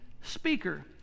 speaker